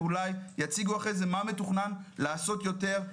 ואולי יציגו אחרי זה מה מתוכנן לעשות יותר.